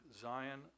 Zion